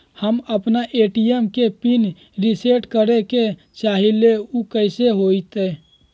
हम अपना ए.टी.एम के पिन रिसेट करे के चाहईले उ कईसे होतई?